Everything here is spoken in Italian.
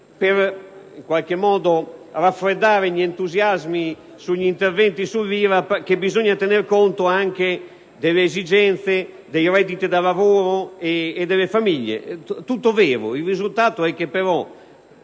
in qualche modo gli entusiasmi sugli interventi sull'IRAP, che bisogna tenere conto anche delle esigenze dei redditi da lavoro e delle famiglie. Tutto vero; il risultato, però,